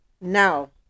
now